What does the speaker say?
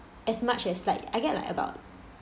as much as like I get like about